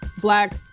black